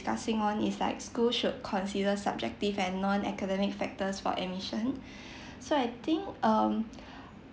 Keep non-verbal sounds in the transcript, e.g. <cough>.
discussing on is like school should consider subjective and non academic factors for admission <breath> so I think um <breath>